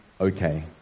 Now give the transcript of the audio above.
okay